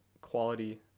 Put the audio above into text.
quality